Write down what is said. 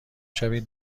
شوید